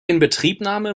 inbetriebnahme